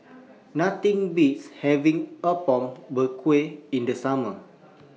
Nothing Beats having Apom Berkuah in The Summer